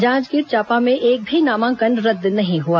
जांजगीर चांपा में एक भी नामांकन रद्द नहीं हुआ